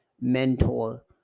mentor